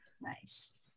Nice